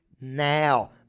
now